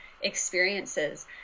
experiences